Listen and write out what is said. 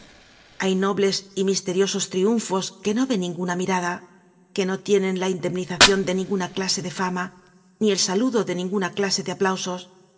hay nobles y misteriosos triunfos que no ve ninguna mirada que no tienen la indemnizacion de ninguna clase de fama ni el saludo de ninguna clase de aplausos